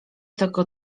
tego